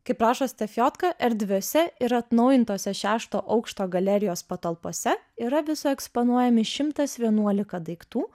kaip rašo stefiotka erdviose ir atnaujintose šešto aukšto galerijos patalpose yra viso eksponuojami šimtas vienuolika daiktų